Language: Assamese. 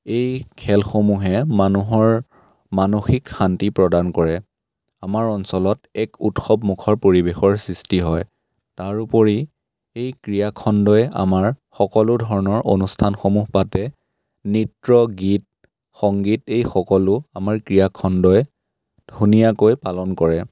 এই খেলসমূহে মানুহৰ মানসিক শান্তি প্ৰদান কৰে আমাৰ অঞ্চলত এক উৎসৱমুখৰ পৰিৱেশৰ সৃষ্টি হয় তাৰ ওপৰি এই ক্ৰীড়াখণ্ডই আমাৰ সকলো ধৰণৰ অনুষ্ঠানসমূহ পাতে নৃত্য গীত সংগীত এই সকলো আমাৰ ক্ৰীড়াখণ্ডই ধুনীয়াকৈ পালন কৰে